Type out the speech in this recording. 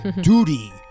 duty